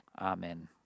Amen